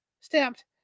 stamped